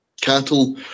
cattle